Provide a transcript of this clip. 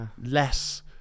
less